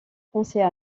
français